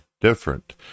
different